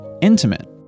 intimate